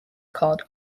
cod